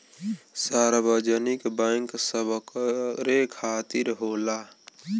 सार्वजनिक बैंक सबकरे खातिर होला